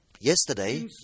yesterday